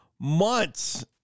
months